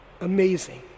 Amazing